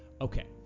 Okay